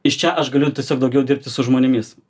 iš čia aš galiu tiesiog daugiau dirbti su žmonėmis